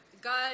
God